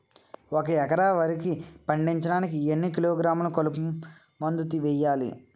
ఒక ఎకర వరి పండించటానికి ఎన్ని కిలోగ్రాములు కలుపు మందు వేయాలి?